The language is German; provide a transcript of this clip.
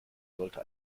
sollte